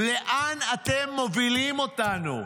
לאן אתם מובילים אותנו?